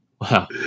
Wow